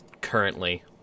currently